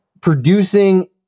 producing